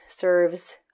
serves